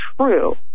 true